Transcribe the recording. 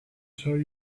tell